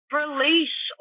release